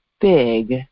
big